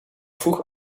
vroeg